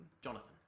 Jonathan